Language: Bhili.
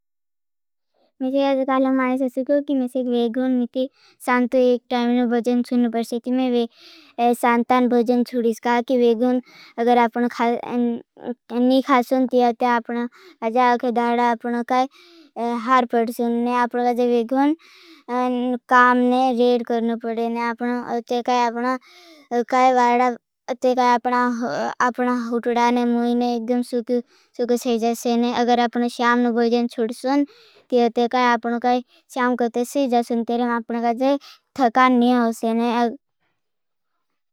मैंन आजकल में देखो की वेगन होते। तो एक टाइम भोजन छोड़ना पड़ता थे। म सांता भजन छोड़ के वेगन अगर आपन खानी खासून। तो आपणा खेदड़ा आपन का हार पड़ सन। आपन का जो वेगन अन काम ने रेट करना पड ना। आपन तो काई आपन काई वारा तो आपणा। आपणा होटड़ा एन मूण एकदम सूख सुख जैस न अगर आपन श्याम भजन छोड़ सन। तो काई आपन का श्याम कथी सो। जेसन तेरह आपन का जे थकान नी होसे न अग।